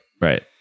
right